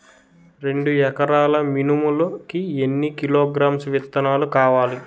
రెండు ఎకరాల మినుములు కి ఎన్ని కిలోగ్రామ్స్ విత్తనాలు కావలి?